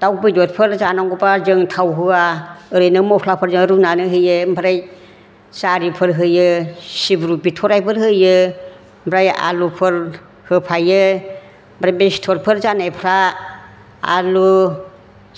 दाउ बेदरफोर जानांगौब्ला जों थाव होआ ओरैनो मस्लाफोरजों रुनानै होयो ओमफ्राय जारिफोर होयो सिब्रु बिथराइफोर होयो ओमफ्राय आलुफोर होफायो ओमफ्राय बे सिथरफोर जानायफ्रा आलु